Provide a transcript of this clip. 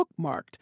Bookmarked